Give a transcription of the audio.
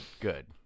good